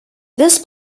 this